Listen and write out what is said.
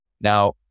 Now